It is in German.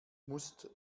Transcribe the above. musst